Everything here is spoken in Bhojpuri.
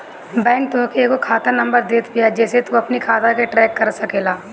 बैंक तोहके एगो खाता नंबर देत बिया जेसे तू अपनी खाता के ट्रैक कर सकेला